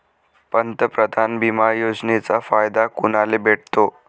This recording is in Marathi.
पंतप्रधान बिमा योजनेचा फायदा कुनाले भेटतो?